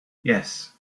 yes